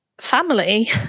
family